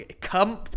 come